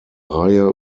reihe